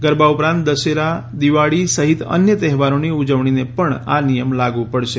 ગરબા ઉપરાંત દશેરા દિવાળી સહિત અન્ય તહેવારોની ઉજવણીને પણ આ નિયમ લાગુ પડશે